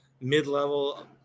mid-level